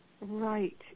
right